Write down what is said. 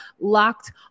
Locked